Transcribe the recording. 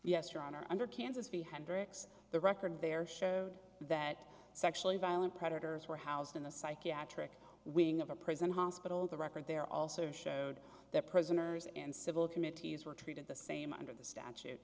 honor under kansas b hendricks the record there showed that sexually violent predators were housed in a psychiatric wing of a prison hospital the record there also showed that prisoners and civil committees were treated the same under the statu